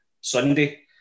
Sunday